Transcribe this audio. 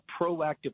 proactive